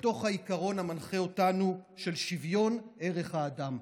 מתוך העיקרון המנחה אותנו, של שוויון ערך האדם.